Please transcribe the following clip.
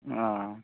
ᱚᱸᱻ